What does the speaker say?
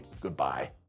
Goodbye